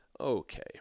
Okay